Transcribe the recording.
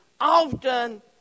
often